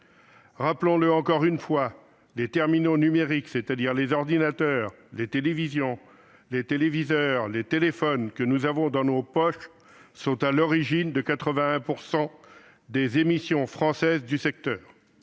Rappelons-le encore une fois, les terminaux numériques, c'est-à-dire les ordinateurs, les téléviseurs et les téléphones que nous avons dans nos poches, sont à l'origine de 81 % des émissions françaises du secteur.